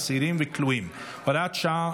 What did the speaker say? אסירים וכלואים (הוראת שעה,